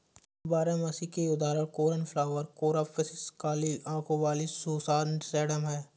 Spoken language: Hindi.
बारहमासी के उदाहरण कोर्नफ्लॉवर, कोरॉप्सिस, काली आंखों वाली सुसान, सेडम हैं